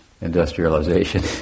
industrialization